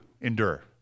endure